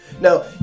Now